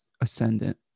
Ascendant